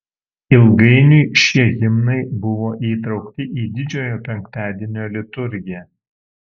ilgainiui šie himnai buvo įtraukti į didžiojo penktadienio liturgiją